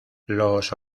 los